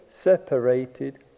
separated